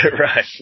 Right